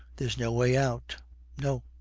there's no way out no.